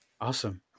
Awesome